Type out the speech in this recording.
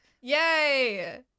yay